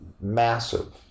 massive